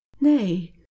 Nay